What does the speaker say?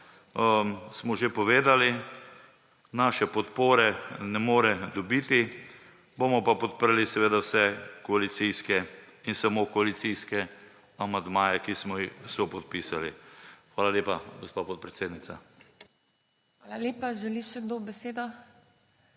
smo že povedali, naše podpore ne more dobiti, bomo pa podprli seveda vse koalicijske in samo koalicijske amandmaje, ki smo jih sopodpisali. Hvala lepa, gospa podpredsednica. PODPREDSEDNICA TINA